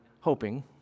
hoping